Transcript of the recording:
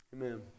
Amen